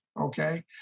Okay